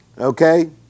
Okay